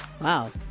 Wow